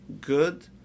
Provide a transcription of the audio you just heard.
good